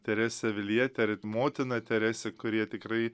terese aviliete ar it motina terese kurie tikrai